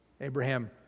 Abraham